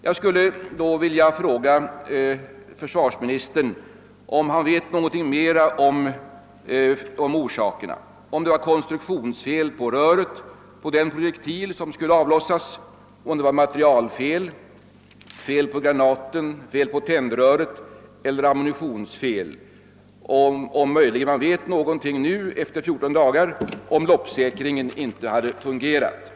Jag vill fråga försvarsministern om han vet någonting mera om orsakerna — om det var konstruktionsfel på röret eller på den projektil som skulle avlossas, om det var materialfel, om det var fel på granaten eller på tändröret eller om det var ammunitionsfel. Och vet man möjligen nu efter 14 dagar om loppssäkringen inte hade fungerat?